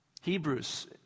Hebrews